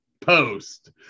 post